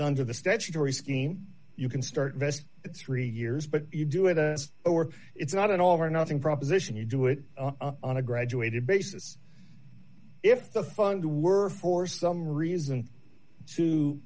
nder the statutory scheme you can start vest three years but you do it or it's not an all or nothing proposition you do it on a graduated basis if the fund were for some reason to